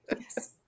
Yes